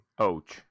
Ouch